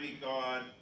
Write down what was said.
God